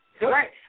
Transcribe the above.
Right